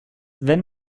wenn